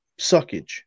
suckage